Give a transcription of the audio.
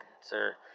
Sir